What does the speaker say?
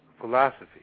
philosophy